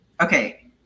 okay